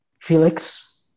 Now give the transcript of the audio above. Felix